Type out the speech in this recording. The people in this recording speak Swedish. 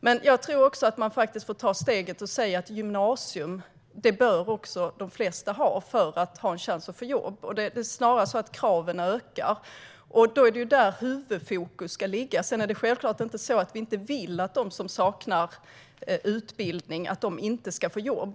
Men jag tror också att man faktiskt får ta steget och säga att de flesta även bör ha gymnasieutbildning för att ha en chans att få jobb. Det är snarare så att kraven ökar. Då är det där huvudfokus ska ligga. Sedan är det självklart inte så att vi inte vill att de som saknar utbildning ska få jobb.